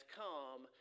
come